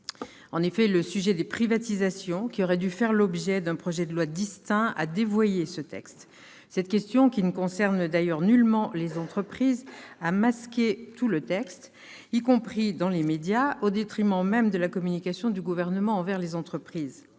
a été dévoyé par les privatisations, qui auraient dû faire l'objet d'un projet de loi distinct. De fait, cette question, qui ne concerne nullement les entreprises, a masqué tout le reste, y compris dans les médias, au détriment même de la communication du Gouvernement envers les entreprises.